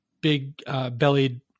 big-bellied